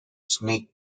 snake